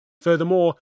Furthermore